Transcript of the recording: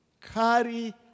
Carry